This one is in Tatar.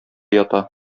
ята